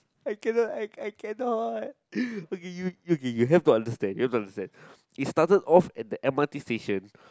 I cannot I I cannot okay you you have to understand you have to understand is started off at the m_r_t station